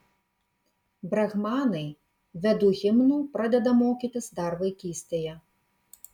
brahmanai vedų himnų pradeda mokytis dar vaikystėje